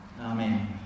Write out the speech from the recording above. Amen